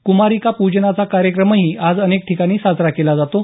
कुमारिका पूजनाचा कार्यक्रमही आज अनेक ठिकाणी साजरा केला जातो